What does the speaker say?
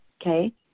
okay